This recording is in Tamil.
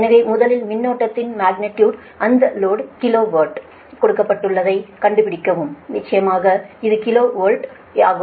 எனவே முதலில் மின்னோட்டத்தின் மக்னிடியுடு அந்த லோடு கிலோ வாட்டில் கொடுக்கப்பட்டுள்ளதை கண்டுபிடிக்கவும் நிச்சயமாக இது கிலோ வோல்ட் ஆகும்